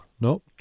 no